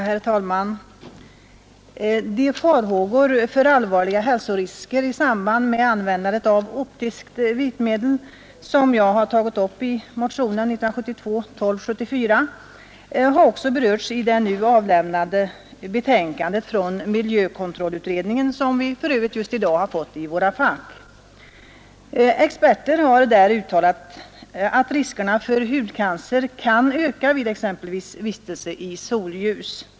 Herr talman! De farhågor för allvarliga hälsorisker i samband med användandet av optiskt vitmedel som jag tagit upp i motionen 1274 är 1972 har också berörts i det nu avlämnade betänkandet från miljökontrollutredningen, som vi för övrigt just i dag har fått i våra fack. Experter har där uttalat att riskerna för hudcancer kan öka vid exempelvis vistelse i solljus.